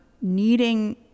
needing